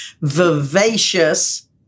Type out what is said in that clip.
vivacious